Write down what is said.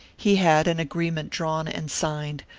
he had an agreement drawn and signed,